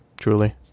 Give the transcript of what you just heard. truly